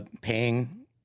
paying